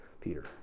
Peter